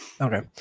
Okay